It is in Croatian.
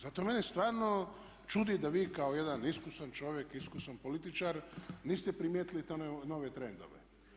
Zato mene stvarno čudi da vi kao jedan iskusan čovjek, iskusan političar niste primijetili te nove trendove.